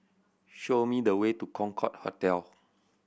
show me the way to Concorde Hotel